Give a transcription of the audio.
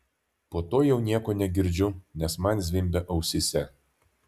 po to jau nieko negirdžiu nes man zvimbia ausyse